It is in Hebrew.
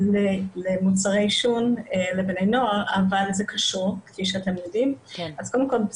למוצרי עישון בקרב בני נוער אבל כפי שאתם יודעים זה קשור.